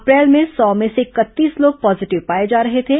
अप्रैल में सौ में से इकतीस लोग पॉजिटिव पाए जा रहे थे